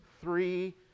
three